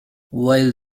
while